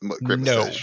No